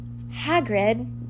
Hagrid